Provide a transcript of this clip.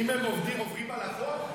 אם הם עוברים על החוק?